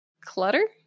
Clutter